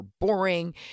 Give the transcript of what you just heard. boring